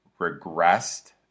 regressed